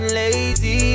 lazy